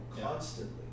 constantly